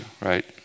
right